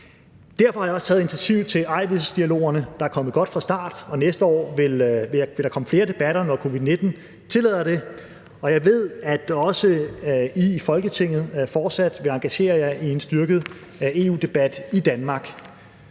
Derfor har jeg også taget initiativ til Eigtvedsdialogerne, der er kommet godt fra start. Næste år vil der komme flere debatter, når covid-19 tillader det, og jeg ved, at også I i Folketinget fortsat vil engagere jer i en styrket EU-debat i Danmark.